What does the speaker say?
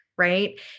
Right